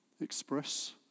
express